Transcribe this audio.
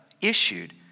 issued